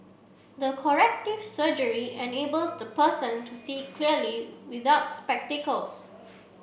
the corrective surgery enables the person to see clearly without spectacles